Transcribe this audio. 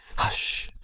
hush,